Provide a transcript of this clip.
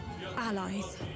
allies